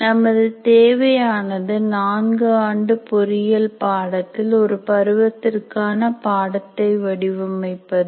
நமது தேவையானது நான்கு ஆண்டு பொறியியல் பாடத்தில் ஒரு பருவத்திற்கான பாடத்தை வடிவமைப்பது